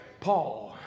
Paul